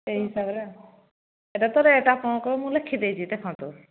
ସେ ହିସାବରେ ଏଟା ତ ରେଟ୍ ଆପଣଙ୍କର ମୁଁ ଲେଖି ଦେଇଛି ଦେଖନ୍ତୁ